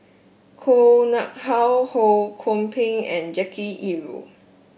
Koh Nguang How Ho Kwon Ping and Jackie Yi Ru